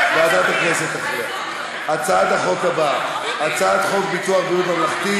אנחנו עוברים להצעת החוק הבאה: הצעת חוק ביטוח בריאות ממלכתי